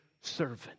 servant